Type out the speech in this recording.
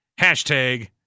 Hashtag